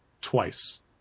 twice